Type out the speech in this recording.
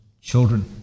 children